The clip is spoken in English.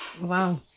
wow